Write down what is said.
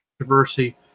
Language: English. controversy